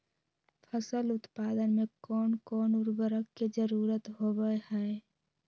फसल उत्पादन में कोन कोन उर्वरक के जरुरत होवय हैय?